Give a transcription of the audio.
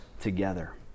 together